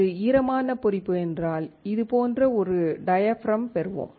அது ஈரமான பொறிப்பு என்றால் இது போன்ற ஒரு டயாபிராம் பெறுவோம்